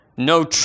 No